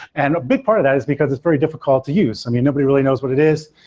and a big part of that is because it's very difficult to use. i mean, nobody really knows what it is,